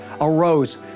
arose